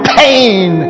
pain